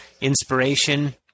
inspiration